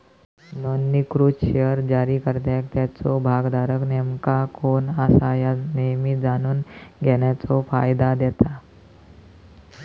नोंदणीकृत शेअर्स जारीकर्त्याक त्याचो भागधारक नेमका कोण असा ह्या नेहमी जाणून घेण्याचो फायदा देता